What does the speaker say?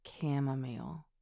Chamomile